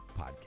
podcast